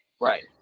Right